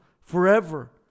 forever